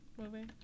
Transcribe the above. movie